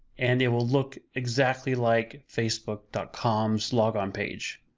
and it will look exactly like facebook com's log on page,